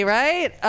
right